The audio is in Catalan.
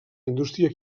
indústria